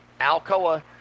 Alcoa